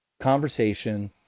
conversation